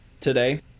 today